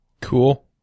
Cool